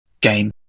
game